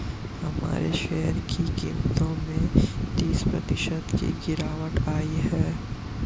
हमारे शेयर की कीमतों में तीस प्रतिशत की गिरावट आयी है